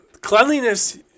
Cleanliness